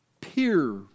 Peer